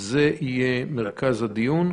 זה יהיה מרכז הדיון.